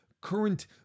current